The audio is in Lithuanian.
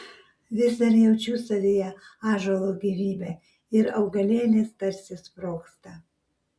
vis dar jaučiu savyje ąžuolo gyvybę ir augalėlis tarsi sprogsta